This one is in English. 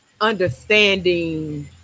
understanding